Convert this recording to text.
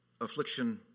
Affliction